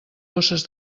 bosses